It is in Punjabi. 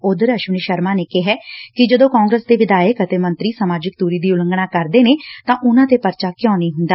ਓਧਰ ਅਸ਼ਨਵੀ ਸ਼ਰਮਾ ਨੇ ਕਿਹਾ ਕਿ ਜਦੋ ਕਾਂਗਰਸ ਦੇ ਵਿਧਾਇਕ ਅਤੇ ਮੰਤਰੀ ਸਮਾਜਿਕ ਦੁਰੀ ਦੀ ਉਲੰਘਣਾ ਕਰਦੇ ਨੇ ਤਾਂ ਉਨੂਾਂ ਤੇ ਪਰਚਾ ਕਿਉਂ ਨਹੀਂ ਹੁੰਦਾ